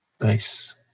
Nice